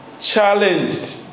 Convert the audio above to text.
challenged